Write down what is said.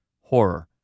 horror